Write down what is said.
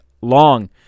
long